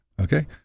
okay